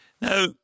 Now